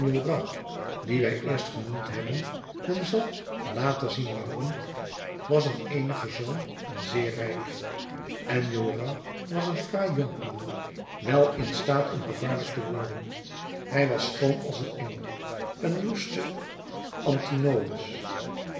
dien wij eerst genoemd hebben men zal later zien waarom was een eenige zoon en zeer rijk enjolras was een fraai jonkman wel in staat om gevaarlijk te worden hij was schoon als een engel een woeste antinoüs